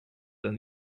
than